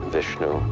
Vishnu